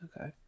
Okay